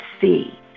see